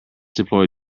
deploy